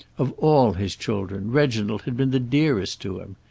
of all his children, reginald had been the dearest to him.